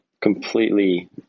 completely